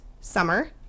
summer